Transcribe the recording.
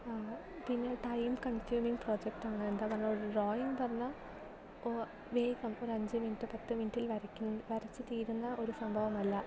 പിന്നെ time consuming project ആണ് എന്താ പറയുക ഒരു ഡ്രോയിങ്ങ് പറഞ്ഞാൽ ഇപ്പോൾ വേഗം ഒരു അഞ്ചു മിനിറ്റ് പത്തു മിനിറ്റിൽ വരയ്ക്കുന്ന വരച്ചു തീരുന്ന ഒരു സംഭവമല്ല